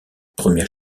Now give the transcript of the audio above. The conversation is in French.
première